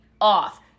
off